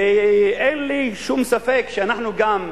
אין לי שום ספק שאנחנו, גם,